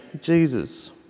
Jesus